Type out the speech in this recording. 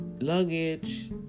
luggage